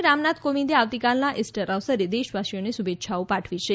પતિ રામનાથ કોવિંદે આવતીકાલના ઇસ્ટર અવસરે દેશવાસીઓને શુભેચ્છાઓ પાઠવી છે